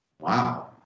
Wow